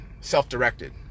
self-directed